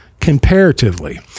comparatively